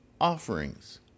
offerings